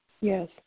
Yes